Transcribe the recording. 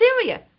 serious